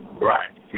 right